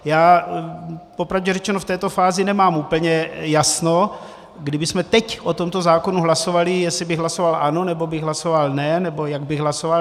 Já popravdě řečeno v této fázi nemám úplně jasno, kdybychom teď o tomto zákonu hlasovali, jestli bych hlasoval ano, nebo bych hlasoval ne, nebo jak bych hlasoval.